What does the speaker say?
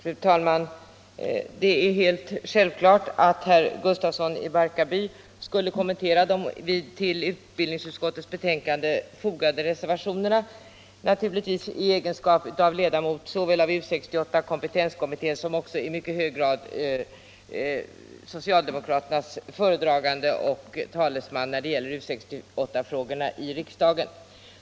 Fru talman! Det är självklart att herr Gustafsson i Barkarby skulle kommentera de till utbildningsutskottets betänkande fogade reservationerna såväl i egenskap av ledamot av U 68 och av kompetenskommittén som i egenskap av socialdemokraternas föredragande och talesman i riksdagen när det gäller U 68-frågorna.